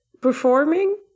performing